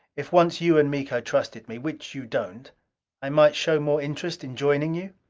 if once you and miko trusted me which you don't i might show more interest in joining you?